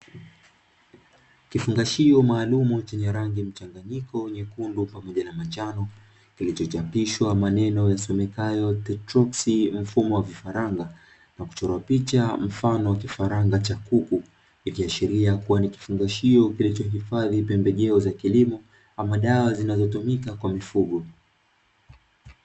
Kifungashio maalumu chenye rangi mchanganyiko nyekundu pamoja na manjano kilichochapishwa maneno yasomekayo "Tetroxi' mfumo wa vifaranga na kuchora picha mfano wa kifaranga cha kuku ya kiashiria kuwa ni kifungashio kilichohifadhi pembejeo za kilimo ama dawa zinazotumika kwa mifugo.